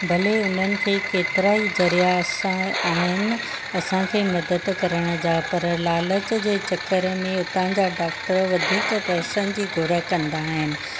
भले उन्हनि खे केतिरा ई ज़रिया असां आहिनि असांखे मदद करण जा पर लालच जे चकर में उतां जा डॉक्टर वधीक पैसनि जी घुर कंदा आहिनि